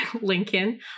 Lincoln